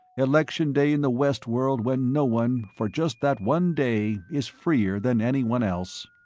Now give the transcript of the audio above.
election day in the west-world when no one, for just that one day, is freer than anyone else.